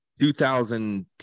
2010